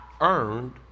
earned